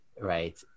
right